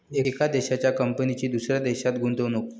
एका देशाच्या कंपनीची दुसऱ्या देशात गुंतवणूक